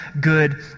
good